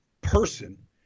person